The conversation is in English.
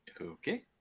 Okay